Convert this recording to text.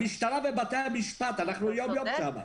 המשטרה ובתי המשפט, אנחנו יום-יום שם.